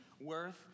worth